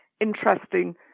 interesting